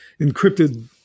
encrypted